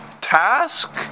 task